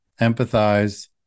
empathize